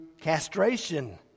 castration